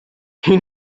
you